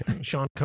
Sean